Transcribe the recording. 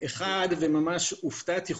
אחת וממש הופתעתי,